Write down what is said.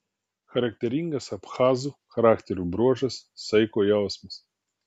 charakteringas abchazų charakterio bruožas saiko jausmas